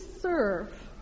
serve